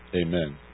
amen